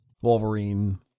Wolverine